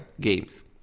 games